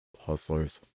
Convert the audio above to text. hustlers